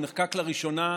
הוא נחקק לראשונה